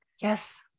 Yes